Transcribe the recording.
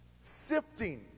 sifting